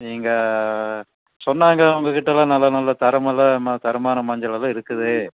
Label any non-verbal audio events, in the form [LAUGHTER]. இங்கே சொன்னாங்க உங்ககிட்ட தான் நல்ல நல்ல தரம் [UNINTELLIGIBLE] தரமான மஞ்சள்லாம் தான் இருக்குது